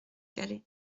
calais